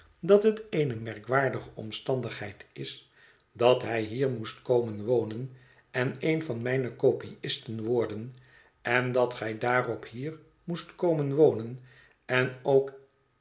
dat het eene merkwaardige omstandigheid is dat hij hier moest komen wonen en een van mijne kopiisten worden en dat gij daarop hier moest komen wonen én ook